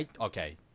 okay